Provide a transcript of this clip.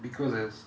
because there's